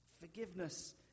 Forgiveness